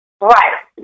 Right